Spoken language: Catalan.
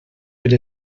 per